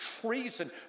treason